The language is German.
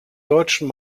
deutschen